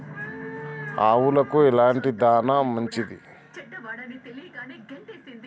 ఆవులకు ఎలాంటి దాణా మంచిది?